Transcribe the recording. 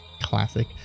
Classic